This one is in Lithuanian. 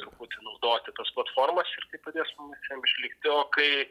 truputį naudoti tas platformos ir tai padės mum visiem išlikti o kai